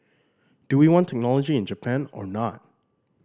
do we want technology in Japan or not